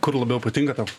kur labiau patinka tau